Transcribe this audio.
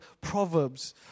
Proverbs